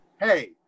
hey